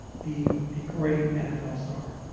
be a great nfl star.